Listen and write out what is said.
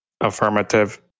Affirmative